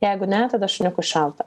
jeigu ne tada šuniukui šalta